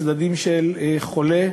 צדדים של חולה,